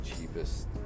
cheapest